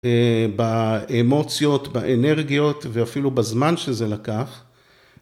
באמוציות, באנרגיות ואפילו בזמן שזה לקח.